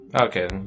Okay